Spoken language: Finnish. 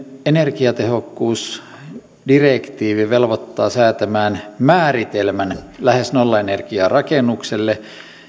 energiatehokkuusdirektiivi velvoittaa säätämään määritelmän lähes nollaenergiarakennukselle